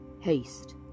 Haste